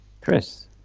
Chris